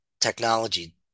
technology